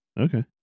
Okay